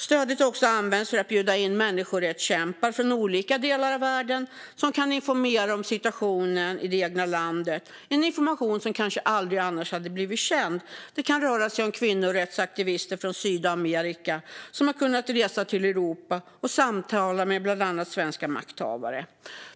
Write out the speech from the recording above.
Stödet har också använts för att bjuda in människorättskämpar från olika delar av världen som kan informera om situationen i det egna landet. Det är information som kanske annars aldrig hade blivit känd. Det kan röra sig om kvinnorättsaktivister från Sydamerika som har kunnat resa till Europa och samtala med bland annat svenska makthavare.